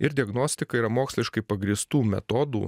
ir diagnostika yra moksliškai pagrįstų metodų